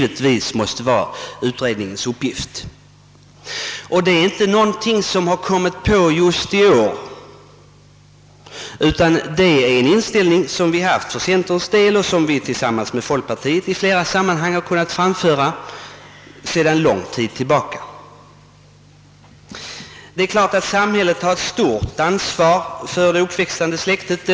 Det senare måste vara utredningens uppgift. Detta är ingenting som kommit på just i år, utan det är en inställning som vi haft i centerpartiet och som vi tillsammans med folkpartiet har kunnat föra fram i olika sammanhang. Det råder fullständig enighet om att samhället har ett stort ansvar för det uppväxande släktet.